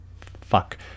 fuck